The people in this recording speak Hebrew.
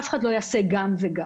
אף אחד לא יעשה גם וגם.